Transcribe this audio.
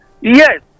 Yes